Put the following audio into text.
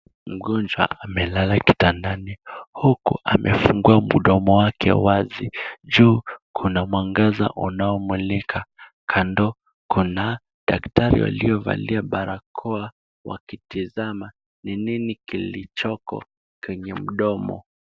Mgonjwa amelala kitandani huku amefungua mdomo wake wazi. Juu kuna mwangaza unaomulika. Kando kuna daktari waliovalia barakoa wakitizama ni nini kilichoko kwenye mdomo.